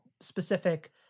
specific